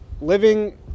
living